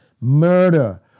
Murder